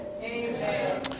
Amen